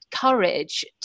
courage